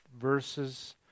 verses